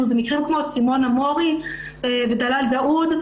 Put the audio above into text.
הם מקרים כמו סימונה מורי ודלאל דאוד,